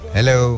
Hello